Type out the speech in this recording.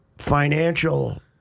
financial